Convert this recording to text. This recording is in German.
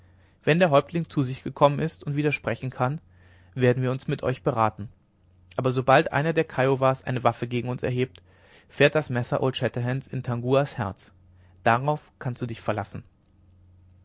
wenn der häuptling zu sich gekommen ist und wieder sprechen kann werden wir uns mit euch beraten aber sobald einer der kiowas eine waffe gegen uns erhebt fährt das messer old shatterhands in tanguas herz darauf kannst du dich verlassen